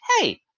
hey